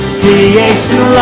creation